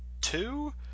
two